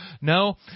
No